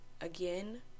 again